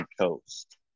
coast